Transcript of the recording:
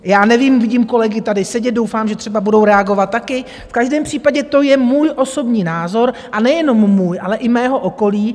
Já nevím, vidím kolegy tady sedět, doufám, že třeba budou reagovat taky, v každém případě to je můj osobní názor, a nejenom můj, ale i mého okolí.